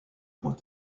point